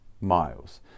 miles